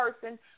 person